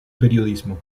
periodismo